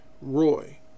Roy